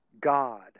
God